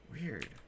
Weird